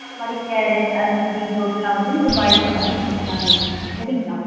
so அந்தமாதிரி carrot அந்தமாதிரி ப்ரூட்டெலாம் வந்து நீங்கள் பாயில் பண்ணாமேயே கொடுக்கலாம் பேபிக்கு சரிங்களா